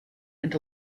and